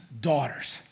daughters